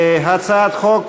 הצעת חוק